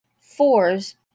Fours